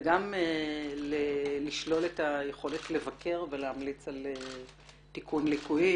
וגם לשלול את היכולת לבקר ולהמליץ על תיקון ליקויים.